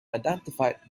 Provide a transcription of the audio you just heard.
identified